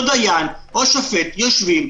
אותו דיין או שופט יושבים,